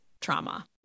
trauma